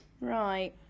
Right